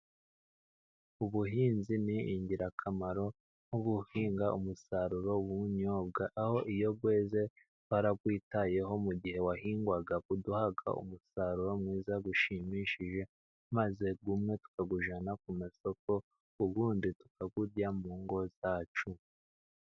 Ubuhinzi ni ingirakamaro nko guhinga umusaruro w'ubunyobwa aho iyo bweze barabwitayeho mu gihe bwahingwaga buduha umusaruro mwiza ushimishije maze umwe tukawujyana ku masoko ubundi tukaburya mu ngo zacu.